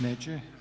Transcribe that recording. Neće.